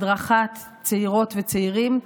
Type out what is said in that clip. הדרכת צעירות וצעירים,